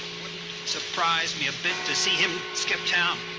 wouldn't surprise me a bit to see him skip town.